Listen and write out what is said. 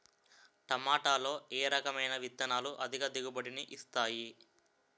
టమాటాలో ఏ రకమైన విత్తనాలు అధిక దిగుబడిని ఇస్తాయి